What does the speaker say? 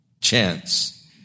chance